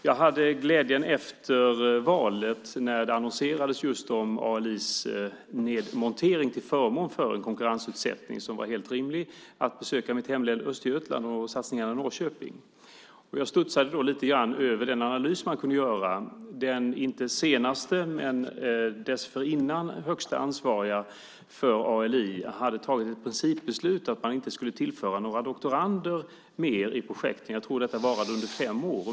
Jag hade efter valet, när man aviserade om ALI:s nedläggning till förmån för konkurrensutsättning, som var helt rimlig, glädjen att besöka mitt hemlän Östergötland och satsningarna i Norrköping. Jag studsade då lite över den analys man kan göra. Den som tidigare var högst ansvarig för ALI hade tagit ett principbeslut om att man inte skulle tillföra några fler doktorander i projekten. Jag tror att detta varade under fem år.